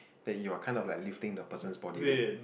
that you are kind of like lifting the person's body weight